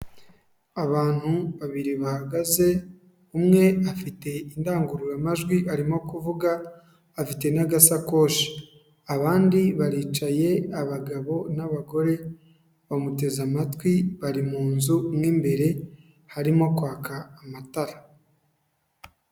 Abantu babiri bahagaze, umwe afite indangururamajwi, arimo kuvuga, afite n'agasakoshi, abandi baricaye, abagabo n'abagore bamuteze amatwi , bari mu nzu mo imbere harimo kwaka amatara.